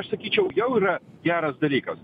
aš sakyčiau jau yra geras dalykas